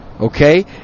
Okay